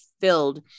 filled